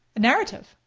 narrative,